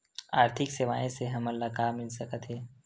आर्थिक सेवाएं से हमन ला का मिल सकत हे?